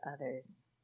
others